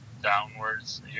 downwards